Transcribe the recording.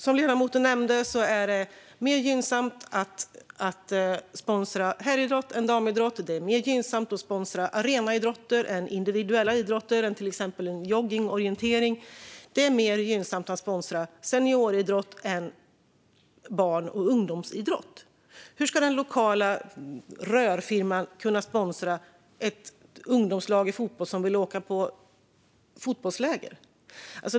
Som ledamoten nämnde är det mer gynnsamt att sponsra herridrott än damidrott. Det är mer gynnsamt att sponsra arenaidrotter än individuella idrotter som joggning och orientering. Det är mer gynnsamt att sponsra senioridrott än barn och ungdomsidrott. Hur ska den lokala rörfirman kunna sponsra ett ungdomslag i fotboll som vill åka på fotbollsläger?